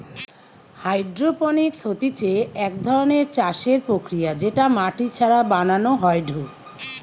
hydroponics হতিছে এক ধরণের চাষের প্রক্রিয়া যেটা মাটি ছাড়া বানানো হয়ঢু